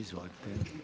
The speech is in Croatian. Izvolite.